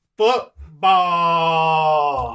football